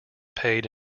paid